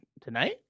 tonight